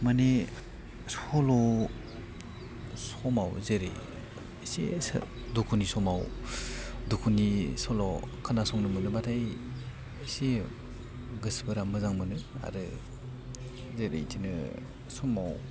मानि सल' समाव जेरै एसेसो दुखुनि समाव दुखुनि सल' खोनासंनो मोनोब्लाथाय एसे गोसोफोरा मोजां मोनो आरो जेरै इदिनो समाव